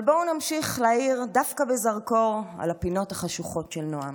אבל בואו נמשיך להאיר דווקא בזרקור את הפינות החשוכות של נעם.